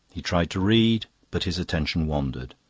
he tried to read, but his attention wandered.